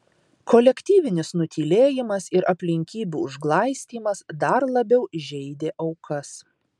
kolektyvinis nutylėjimas ir aplinkybių užglaistymas dar labiau žeidė aukas